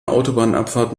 autobahnabfahrt